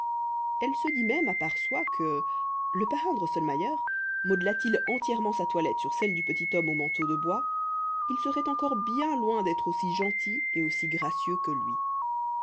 elle se dit même à part soi que le parrain drosselmayer modelât il entièrement sa toilette sur celle du petit homme au manteau de bois il serait encore bien loin d'être aussi gentil et aussi gracieux que lui